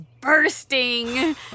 bursting